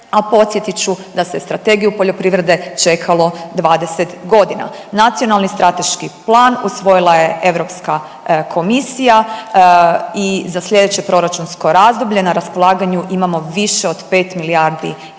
a podsjetit ću da se Strategiju poljoprivrede čekalo 20.g.. Nacionalni strateški plan usvojila je Europska komisija i za slijedeće proračunsko razdoblje na raspolaganju imamo više od 5 milijardi eura